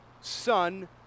son